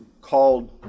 called